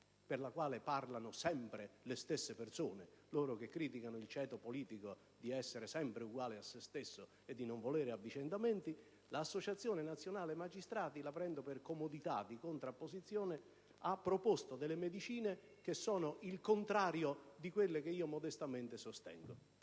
per la quale parlano sempre le stesse persone (loro che criticano il ceto politico di essere sempre uguale a se stesso e di non volere avvicendamenti), che prendo ad esempio per comodità di contrapposizione, ha proposto delle medicine che sono il contrario di quello che io, modestamente, sostengo.